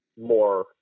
more